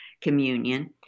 communion